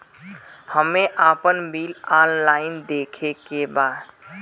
हमे आपन bill online देखे के बा?